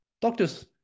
Doctors